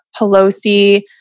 Pelosi